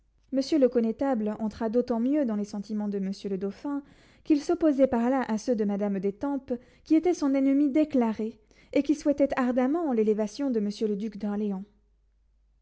monsieur le connétable entra d'autant mieux dans les sentiments de monsieur le dauphin qu'il s'opposait par là à ceux de madame d'étampes qui était son ennemie déclarée et qui souhaitait ardemment l'élévation de monsieur le duc d'orléans